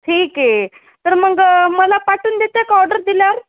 ठीक आहे तर मग मला पाठवून देता का ऑर्डर दिल्यावर